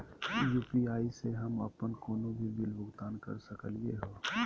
UPI स हम अप्पन कोनो भी बिल भुगतान कर सकली का हे?